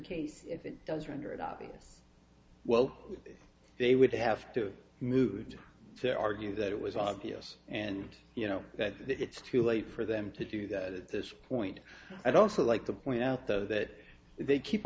case if it does render it obvious well they would have to move to argue that it was obvious and you know that it's too late for them to do that at this point i'd also like to point out that they keep